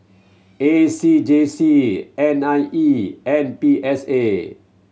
A C J C N I E and P S A